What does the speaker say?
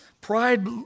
Pride